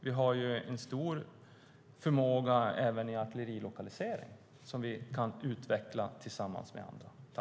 Vi har också en stor förmåga i artillerilokalisering, som vi kan utveckla tillsammans med andra.